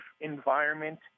environment